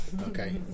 Okay